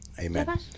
Amen